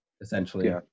essentially